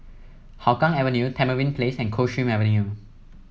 Hougang Avenue Tamarind Place and Coldstream Avenue